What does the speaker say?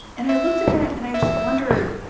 and i looked at that and i just wondered,